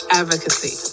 advocacy